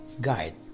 guide